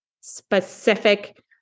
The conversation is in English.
specific